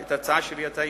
את ההצעה שלי הבנת: